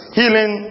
healing